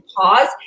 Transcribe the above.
pause